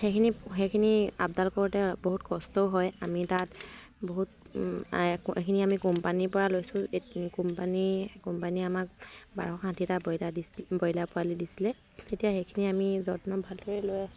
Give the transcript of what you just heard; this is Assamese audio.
সেইখিনি সেইখিনি আপডাল কৰোঁতে বহুত কষ্টও হয় আমি তাত বহুত এইখিনি আমি কোম্পানীৰপৰা লৈছোঁ কোম্পানী কোম্পানীয়ে আমাক বাৰশ ষাঠিটা ব্ৰইলাৰ দিছিলে ব্ৰইলাৰ পোৱালি দিছিলে তেতিয়া সেইখিনি আমি যত্ন ভালদৰে লৈ আছো